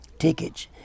Tickets